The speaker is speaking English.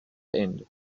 end